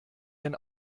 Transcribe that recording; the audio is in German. denn